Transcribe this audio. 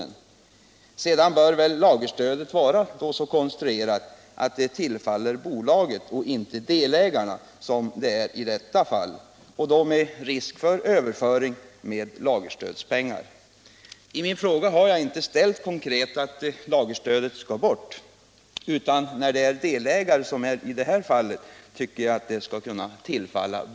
Lagerstödet bör väl vara så konstruerat att det tillfaller bolaget och inte delägarna som i detta fall — med risk för överföring av lagerstödspengar. I min fråga har jag inte ställt konkret krav på att lagerstödet skall bort, men jag tycker att det skall tillfalla bolaget och inte delägarna.